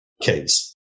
case